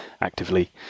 actively